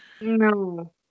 No